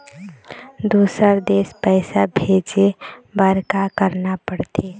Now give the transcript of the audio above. दुसर देश पैसा भेजे बार का करना पड़ते?